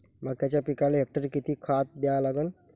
मक्याच्या पिकाले हेक्टरी किती खात द्या लागन?